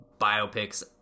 biopics